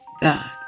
God